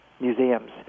museums